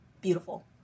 beautiful